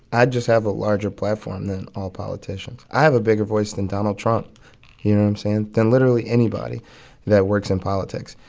i just have a larger platform than all politicians. i have a bigger voice than donald trump you know what i'm saying? than literally anybody that works in politics.